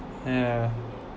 yeah